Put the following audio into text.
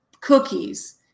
cookies